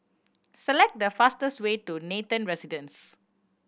select the fastest way to Nathan Residence